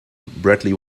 bradley